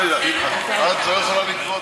לא, זה לגבי